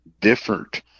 different